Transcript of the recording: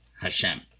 Hashem